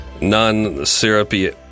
non-syrupy